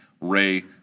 Ray